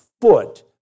foot